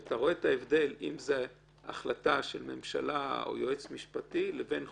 שאתה רואה את ההבדל אם זאת החלטה של ממשלה או יועץ משפטי לבין חוק.